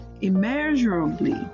immeasurably